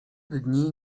dni